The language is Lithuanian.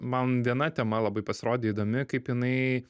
man viena tema labai pasirodė įdomi kaip jinai